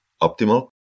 optimal